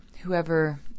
whoever